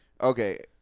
Okay